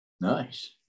Nice